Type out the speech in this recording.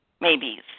maybes